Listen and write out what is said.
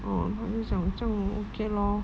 嗯他就讲这样 okay lor